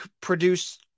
produce